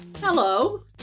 Hello